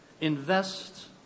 invest